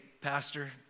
Pastor